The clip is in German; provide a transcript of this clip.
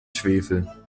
schwefel